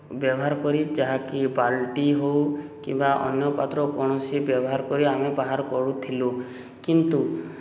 ବ୍ୟବହାର କରି ଯାହାକି ବାଲ୍ଟି ହେଉ କିମ୍ବା ଅନ୍ୟ ପାତ୍ର କୌଣସି ବ୍ୟବହାର କରି ଆମେ ବାହାର କରୁଥିଲୁ କିନ୍ତୁ